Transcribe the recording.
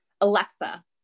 Alexa